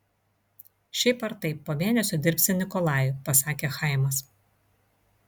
šiaip ar taip po mėnesio dirbsi nikolajui pasakė chaimas